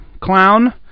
Clown